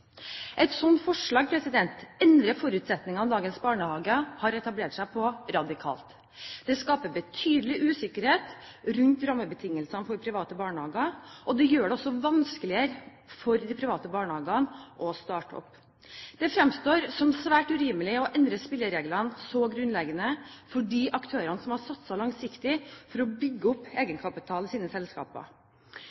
Et slikt forslag endrer forutsetningene dagens barnehager har etablert seg på, radikalt. Det skaper betydelig usikkerhet rundt rammebetingelsene for private barnehager, og det gjør det også vanskeligere å starte opp private barnehager. Det fremstår som svært urimelig å endre spillereglene så grunnleggende for de aktørene som har satset langsiktig for å bygge opp